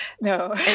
No